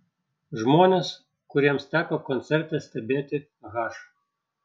žmonės kuriems teko koncerte stebėti h